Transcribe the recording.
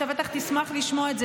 אתה בטח תשמח לשמוע את זה,